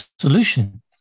solution